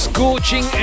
Scorching